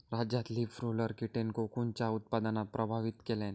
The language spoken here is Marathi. राज्यात लीफ रोलर कीटेन कोकूनच्या उत्पादनाक प्रभावित केल्यान